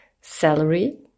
celery